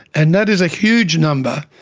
and that is a huge number.